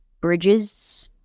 bridges